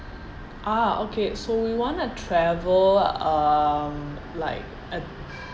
ah okay so we want to travel um like at